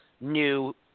new